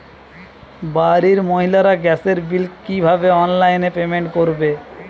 বাড়ির মহিলারা গ্যাসের বিল কি ভাবে অনলাইন পেমেন্ট করবে?